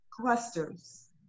clusters